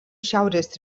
šiaurės